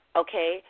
okay